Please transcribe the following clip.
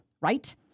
Right